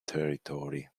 territory